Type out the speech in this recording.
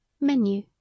Menu